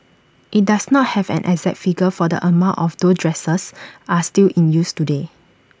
IT does not have an exact figure for the amount of those dressers are still in use today